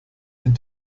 den